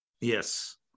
Yes